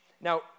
Now